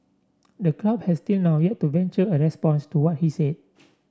the club has till now yet to venture a response to what he said